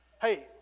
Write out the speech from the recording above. Hey